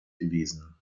gewesen